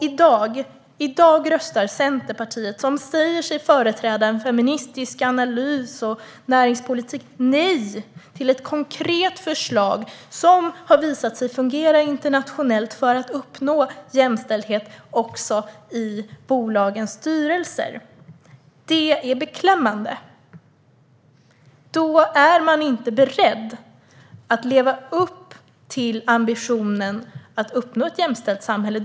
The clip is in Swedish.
I dag röstar Centerpartiet, som säger sig företräda en feministisk analys och näringspolitik, nej till ett konkret förslag på något som har visat sig fungera internationellt för att uppnå jämställdhet också i bolagens styrelser. Det är beklämmande. Då är man inte beredd att leva upp till ambitionen om att uppnå ett jämställt samhälle.